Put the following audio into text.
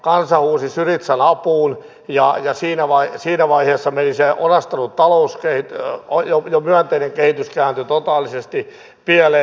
kansa huusi syrizan apuun ja siinä vaiheessa se jo myönteinen talouskehitys kääntyi totaalisesti pieleen